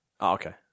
okay